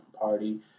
party